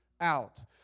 out